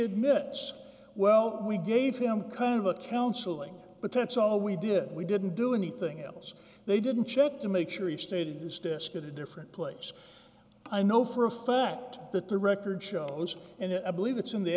admits well we gave him kind of a counseling but that's all we did we didn't do anything else they didn't check to make sure he stated his desk at a different place i know for a fact that the record shows and i believe it's in the